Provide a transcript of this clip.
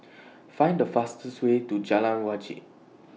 Find The fastest Way to Jalan Wajek